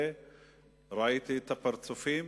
ראיתי את הפרצופים.